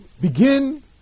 begin